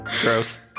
Gross